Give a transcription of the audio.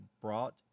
brought